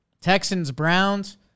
Texans-Browns